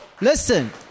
Listen